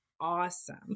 awesome